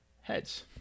heads